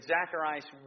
Zacharias